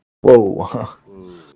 whoa